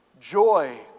joy